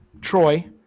Troy